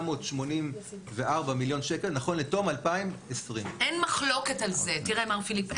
המספר 484 מיליון שקל נכון לתום 2020. מר פיליפ,